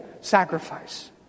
sacrifice